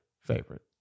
favorite